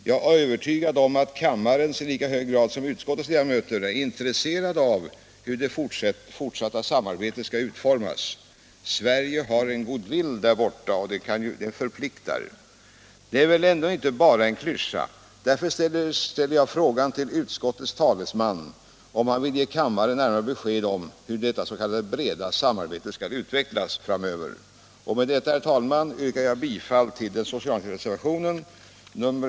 Jag är övertygad om att kammarens ledamöter i lika hög grad som utskottets är intresserade av hur det fortsatta samarbetet skall utformas. Sverige har en goodwill där borta, och den förpliktar. Talet om ett djupare samarbete är väl ändå inte bara en klyscha? Därför ställer jag frågan till utskottets talesman, om han vill ge kammarens ledamöter närmare besked om hur detta s.k. bredare samarbete skall utvecklas framöver.